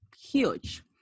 huge